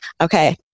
Okay